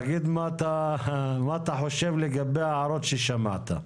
תגיד מה אתה חושב לגבי ההערות ששמעת.